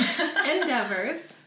endeavors